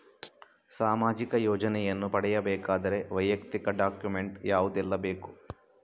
ಸಾಮಾಜಿಕ ಯೋಜನೆಯನ್ನು ಪಡೆಯಬೇಕಾದರೆ ವೈಯಕ್ತಿಕ ಡಾಕ್ಯುಮೆಂಟ್ ಯಾವುದೆಲ್ಲ ಬೇಕು?